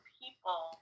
people